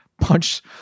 punch